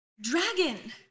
dragon